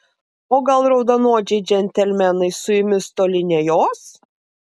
o gal raudonodžiai džentelmenai su jumis toli nejos